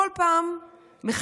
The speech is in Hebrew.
בכל פעם מחדש